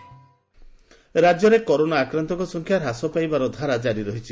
corona Odisha ରାଜ୍ୟରେ corona ଆକ୍ରାନ୍ଡଙ୍କ ସଂଖ୍ୟା ହ୍ରାସ ପାଇବାର ଧାରା ଜାରି ରହିଛି